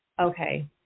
Okay